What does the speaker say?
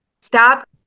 Stop